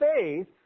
faith